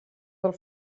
del